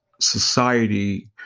society